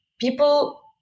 People